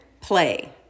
play